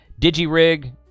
DigiRig